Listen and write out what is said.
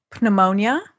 pneumonia